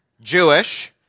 Jewish